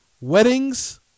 Weddings